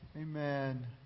Amen